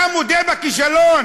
אתה מודה בכישלון.